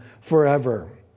forever